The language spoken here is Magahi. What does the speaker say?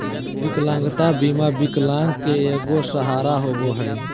विकलांगता बीमा विकलांग के एगो सहारा होबो हइ